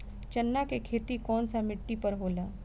चन्ना के खेती कौन सा मिट्टी पर होला?